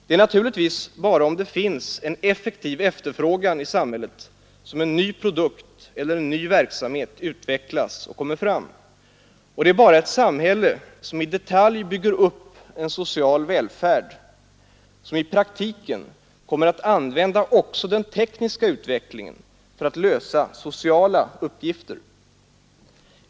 Det är naturligtvis bara om det finns en effektiv efterfrågan i samhället som en ny produkt eller en ny verksamhet utvecklas och kommer fram, och det är bara ett samhälle som i detalj bygger upp en social välfärd som i praktiken kommer att använda också den tekniska utvecklingen för att lösa sociala uppgifter.